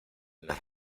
las